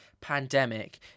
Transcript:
pandemic